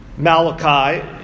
Malachi